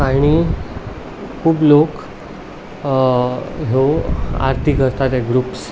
आनी खूब लोक ह्यो आरती करता ते ग्रूप्स